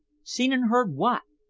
seen and heard what?